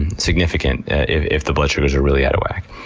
significant if if the blood sugars are really out of whack.